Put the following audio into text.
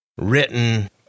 written